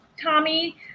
Tommy